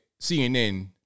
CNN